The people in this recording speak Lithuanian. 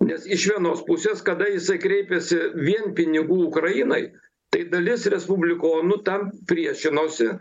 nes iš vienos pusės kada jisai kreipėsi vien pinigų ukrainai tai dalis respublikonų tam priešinosi